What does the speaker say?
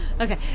Okay